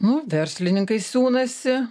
nu verslininkai siūnasi